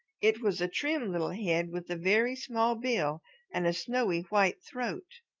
it was a trim little head with a very small bill and a snowy white throat.